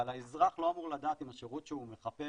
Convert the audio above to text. אבל האזרח לא אמור לדעת אם השירות שהוא מחפש